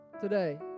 today